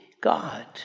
God